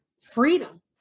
freedom